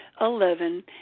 eleven